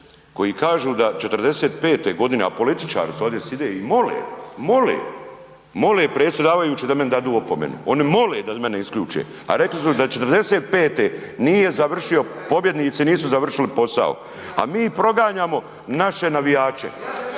koji kažu da '45.g., a političari su, ovde side i mole, mole, mole predsjedavajuće da meni dadu opomenu, oni mole da mene isključe, a rekli su da '45. nije završio, pobjednici nisu završili posao, a mi proganjamo naše navijače,